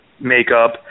makeup